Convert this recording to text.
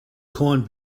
corned